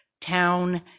town